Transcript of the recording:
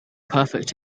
perfect